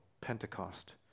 Pentecost